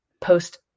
post